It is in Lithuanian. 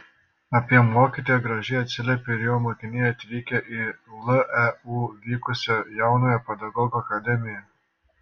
apie mokytoją gražiai atsiliepė ir jo mokiniai atvykę į leu vykusią jaunojo pedagogo akademiją